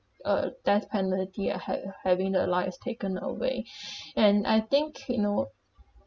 a death penalty ahead uh having their lives taken away and I think you know